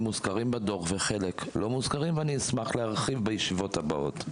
מוזכרים בדוח וחלק לא מוזכרים ואני אשמח להרחיב בישיבות הבאות.